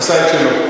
השר עשה את שלו.